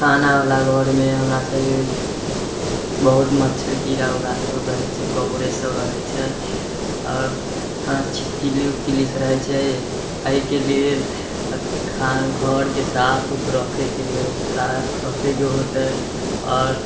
खानावला घरमे हमरा सबके बहुत मच्छर कीड़ा उड़ा सब रहै छै कॉकरोच सब रहै छै आओर हँ छिपकली उपकली सब रहै छै अइके लेल खाना घऽरके साफ उफ रखैके लेल साफ रखै के होतै आओर